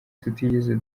tutigeze